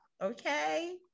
okay